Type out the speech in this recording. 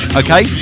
okay